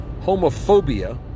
homophobia